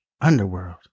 Underworld